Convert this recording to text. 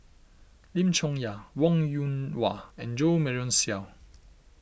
Lim Chong Yah Wong Yoon Wah and Jo Marion Seow